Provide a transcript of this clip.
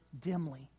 dimly